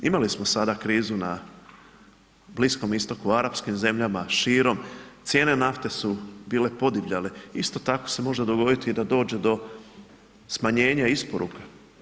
Imali smo sada krizu na Bliskom Istoku, Arapskim zemljama širom, cijene nafte su bile podivljale, isto tako se može dogoditi da dođe do smanjenja isporuka.